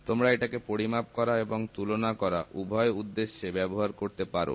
তোমরা এটাকে পরিমাপ করা এবং তুলনা করা উভয় উদ্দেশ্যে ব্যবহার করতে পারো